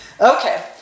Okay